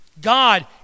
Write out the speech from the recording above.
God